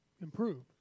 improve